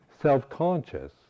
self-conscious